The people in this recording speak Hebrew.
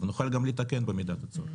ונוכל גם לתקן במידת הצורך.